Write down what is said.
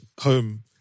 home